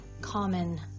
common